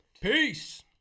Peace